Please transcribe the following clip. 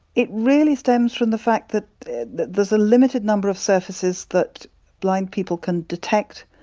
it really stems from the fact that that there's a limited number of surfaces that blind people can detect,